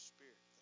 Spirit